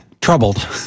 troubled